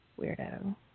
Weirdo